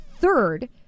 third